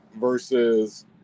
versus